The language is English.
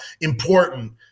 important